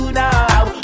now